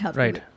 right